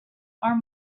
are